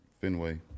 Fenway